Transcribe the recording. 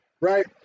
right